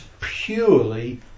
purely